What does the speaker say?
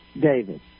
David